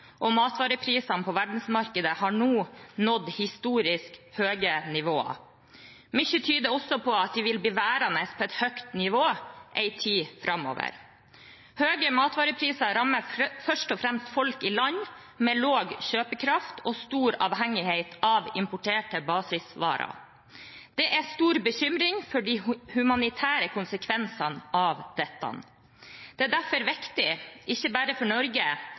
og matvareprisene på verdensmarkedet har nå nådd historisk høye nivåer. Mye tyder også på at de vil bli værende på et høyt nivå en tid framover. Høye matvarepriser rammer først og fremst folk i land med lav kjøpekraft og stor avhengighet av importerte basisvarer. Det er stor bekymring for de humanitære konsekvensene av dette. Det er derfor viktig, ikke bare for Norge,